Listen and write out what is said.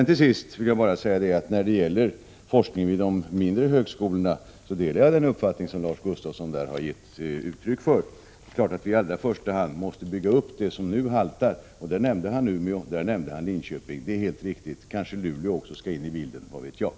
Till sist vill jag bara säga att jag delar den uppfattning som Lars Gustafsson har gett uttryck för när det gäller forskningen vid de mindre högskolorna. Det är klart att vi i allra första hand måste bygga upp det som nu haltar. Han nämnde i detta sammanhang Umeå och Linköping — det är helt riktigt. Kanske Luleå också skall in i bilden, vad vet jag.